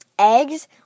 eggs